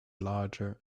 larger